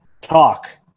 talk